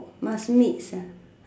must mix